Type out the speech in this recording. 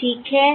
ठीक है